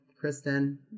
Kristen